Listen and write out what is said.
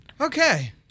Okay